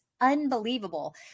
unbelievable